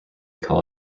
call